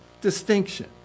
Distinction